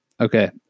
Okay